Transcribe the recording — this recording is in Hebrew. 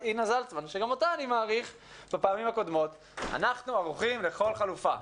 אינה זלצמן שגם אותה מעריך - שאנחנו ערוכים לכל חלופה.